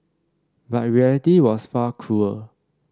but reality was far cruel